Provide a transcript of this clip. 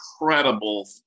incredible